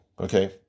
okay